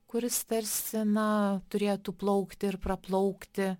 kuris tarsi na turėtų plaukti ir praplaukti